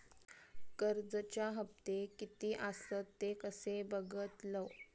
कर्जच्या हप्ते किती आसत ते कसे बगतलव?